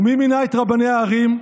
ומי מינה את רבני הערים?